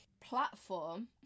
platform